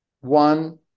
One